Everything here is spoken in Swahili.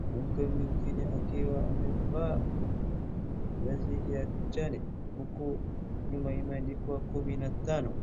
mwanamke mwengine akiwa amevaa vazi ya kijan,i huku nyuma imeandikwa kumi na tano.